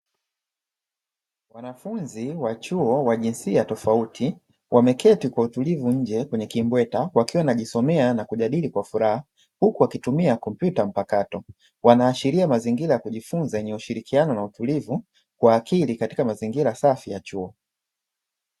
Wanafunzi wa chuo wa jinsia tofauti, wameketi kwa utulivu nje kwenye kimbweta, wakiwa wanajisomeya na kujadili kwa furaha, huku wakitumia kompyuta mpakato. Wanaashiria mazingira kujifunza yenye ushirikiano na utulivu kwa akili katika mazingira safi ya chuo.